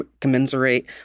commensurate